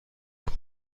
بود